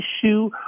issue